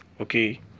okay